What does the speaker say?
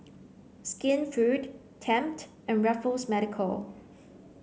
Skinfood Tempt and Raffles Medical